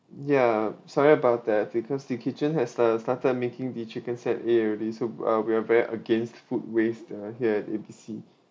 ya sorry about that because the kitchen has start~ started making the chicken set A already so w~ uh we're very against food waste uh here at A B C